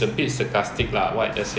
you register under S plate